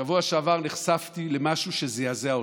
בשבוע שעבר נחשפתי למשהו שזעזע אותי.